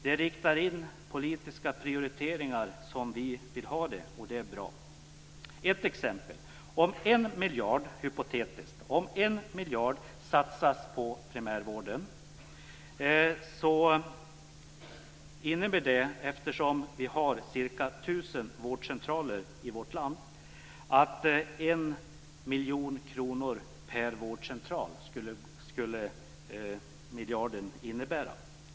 De riktar in sig på politiska prioriteringar som vi vill ha dem, och det är bra. Ett exempel: Om en miljard - hypotetiskt - satsas på primärvården innebär det, eftersom vi har ca 1 000 vårdcentraler i vårt land, att miljarden skulle räcka till en miljon kronor per vårdcentral.